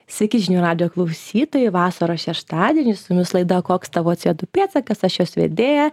sveiki žinių radijo klausytojai vasaros šeštadienį su jumis laida koks tavo co du pėdsakas aš jos vedėja